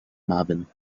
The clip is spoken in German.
marvin